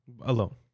Alone